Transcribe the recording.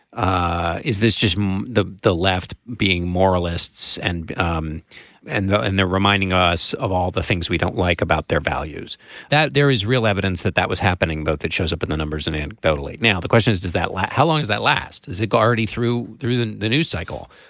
ah is this just the the left being moralists and um and and they're reminding us of all the things we don't like about their values that there is real evidence that that was happening both that shows up in the numbers and anecdotally. now the question is does that lie. how long is that last. is it already through through the the news cycle.